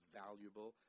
valuable